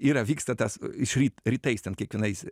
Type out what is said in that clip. yra vyksta tas iš ryt rytais ten kiekvienais